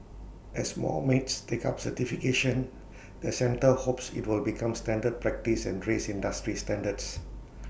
as more maids take up certification the centre hopes IT will become standard practice and raise industry standards